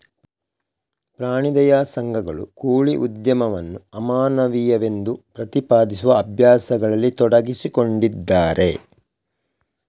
ಪ್ರಾಣಿ ದಯಾ ಸಂಘಗಳು ಕೋಳಿ ಉದ್ಯಮವನ್ನು ಅಮಾನವೀಯವೆಂದು ಪ್ರತಿಪಾದಿಸುವ ಅಭ್ಯಾಸಗಳಲ್ಲಿ ತೊಡಗಿಸಿಕೊಂಡಿದ್ದಾರೆ